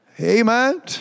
Amen